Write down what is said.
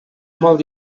molt